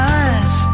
eyes